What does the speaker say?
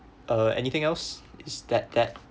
uh anything else is that that